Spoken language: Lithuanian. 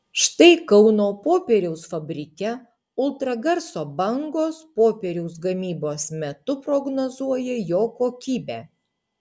štai kauno popieriaus fabrike ultragarso bangos popieriaus gamybos metu prognozuoja jo kokybę